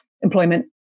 employment